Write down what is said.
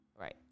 Right